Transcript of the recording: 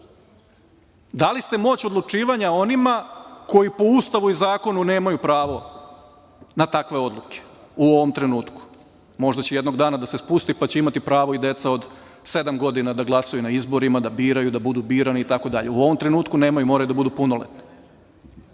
ste moć odlučivanja onima koji po Ustavu i zakonu nemaju pravo na takve odluke u ovom trenutku. Možda će jednog dana da se spusti, pa će imati pravo i deca od sedam godina da glasaju na izborima, da biraju, da budu birani, itd. U ovom trenutku nemaju. Moraju da budu punoletni. Ja